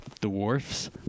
dwarfs